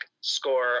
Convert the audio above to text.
score